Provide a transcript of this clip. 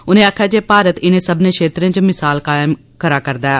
उनें आखेआ जे भारत इनें सब्मनें क्षेत्रें च मिसाल कायम करा करदा ऐ